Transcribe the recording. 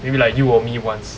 he will be like you owe me once